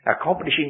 accomplishing